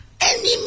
enemy